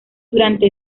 durante